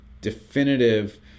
definitive